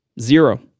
Zero